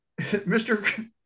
mr